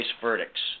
Verdicts